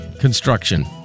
Construction